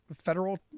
federal